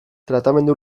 tratamendu